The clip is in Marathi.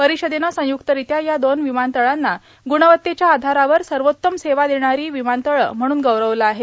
परिषदेनं संयुक्तरित्या या दोन विमानतळांना गुणवत्तेच्या आधारावर सर्वोत्तम सेवा देणारी विमानतळं म्हणून गौरवलं आहे